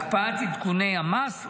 הקפאת עדכוני המס,